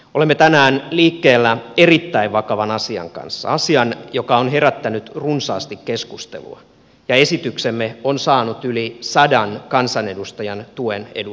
olemme tänään liikkeellä erittäin vakavan asian kanssa asian joka on herättänyt runsaasti keskustelua ja esityksemme on saanut yli sadan kansanedustajan tuen eduskunnassa